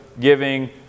giving